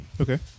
Okay